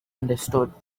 understood